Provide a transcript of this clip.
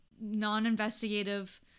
non-investigative